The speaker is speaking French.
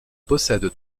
possède